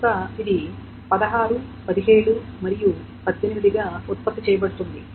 కనుక ఇది 16 17 మరియు 18 గా ఉత్పత్తి చేయబడుతుంది